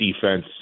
defense